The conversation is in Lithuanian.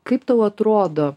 kaip tau atrodo